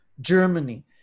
Germany